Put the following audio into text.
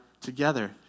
together